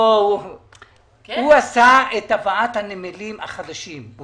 הוא עשה את הבאת הנמלים החדשים.